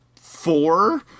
four